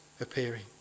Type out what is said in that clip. appearing